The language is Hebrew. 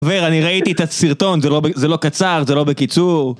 חבר, אני ראיתי את הסרטון, זה לא קצר, זה לא בקיצור.